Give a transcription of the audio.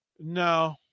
no